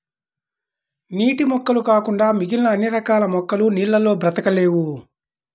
నీటి మొక్కలు కాకుండా మిగిలిన అన్ని రకాల మొక్కలు నీళ్ళల్లో బ్రతకలేవు